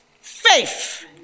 faith